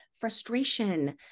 frustration